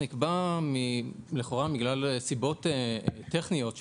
לכאורה בגלל סיבות טכניות,